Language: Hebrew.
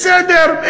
בסדר,